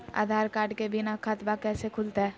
आधार card के बिना खाताबा कैसे खुल तय?